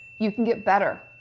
you can get better.